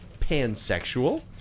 pansexual